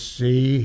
see